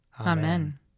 Amen